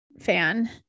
fan